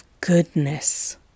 goodness